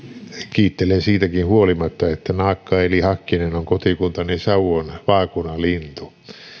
kiittelen siitäkin huolimatta että naakka eli hakkinen on kotikuntani sauvon vaakunalintu en